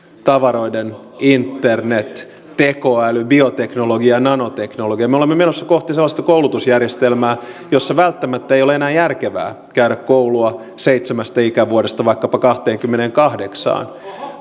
tavaroiden internet tekoäly bioteknologia ja nanoteknologia me olemme menossa kohti sellaista koulutusjärjestelmää jossa välttämättä ei ole enää järkevää käydä koulua seitsemästä ikävuodesta vaikkapa kahteenkymmeneenkahdeksaan